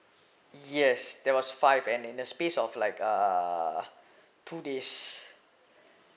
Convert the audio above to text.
yes there was five and in the space of like err two days